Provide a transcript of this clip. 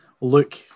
look